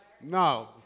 No